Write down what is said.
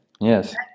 Yes